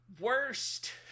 worst